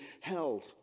held